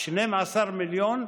12 מיליון,